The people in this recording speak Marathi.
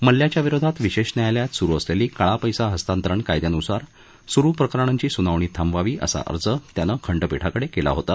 मल्ल्याच्या विरोधात विशेष न्यायालयात सुरू असलेली काळा पैसा हस्तांतरण कायद्यानुसार सुरू असलेल्या प्रकरणांची सुनावणी थांबवावी असा अर्ज मल्ल्यानं खंडपिठाकडे केला होता